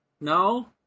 No